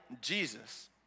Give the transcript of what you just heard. Jesus